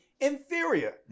inferior